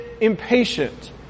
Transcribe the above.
impatient